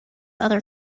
other